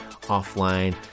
offline